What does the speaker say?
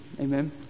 Amen